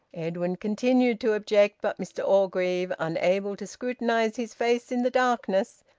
edwin continued to object, but mr orgreave, unable to scrutinise his face in the darkness,